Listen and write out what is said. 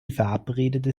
verabredet